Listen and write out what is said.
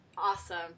awesome